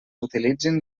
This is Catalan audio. utilitzin